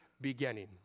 beginning